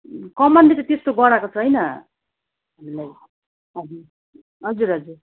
कमानले त त्यस्तो गराएको छैन हामीलाई हजुर हजुर